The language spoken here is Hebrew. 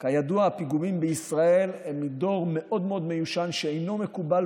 האדירה, במיוחד בתקופת הקורונה.